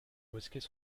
mosquées